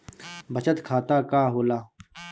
बचत खाता का होला?